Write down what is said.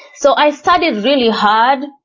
so i studied really hard.